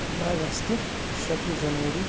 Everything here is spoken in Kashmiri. پنٛداہ اگستہٕ شَتوُہ جنؤری